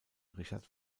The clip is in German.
richard